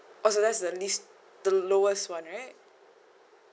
oh so that's the least the lowest one right